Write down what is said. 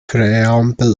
präambel